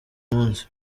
munsi